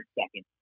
second